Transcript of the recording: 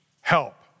help